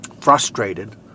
frustrated